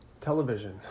Television